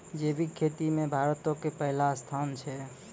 जैविक खेती मे भारतो के पहिला स्थान छै